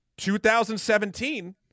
2017